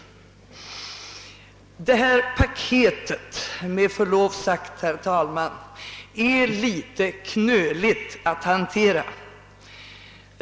Det här paketet är med förlov sagt litet knöligt att hantera.